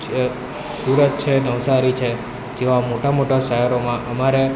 છે સુરત છે નવસારી છે જેવા મોટા મોટા શહેરોમાં અમારે